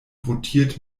rotiert